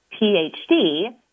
PhD